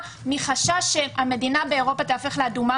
מחשש שהמדינה באירופה תהפוך לאדומה,